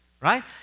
right